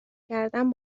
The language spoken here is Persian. کردن